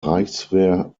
reichswehr